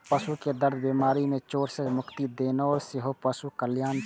पशु कें दर्द, बीमारी या चोट सं मुक्ति दियेनाइ सेहो पशु कल्याण छियै